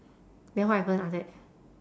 then what happen after that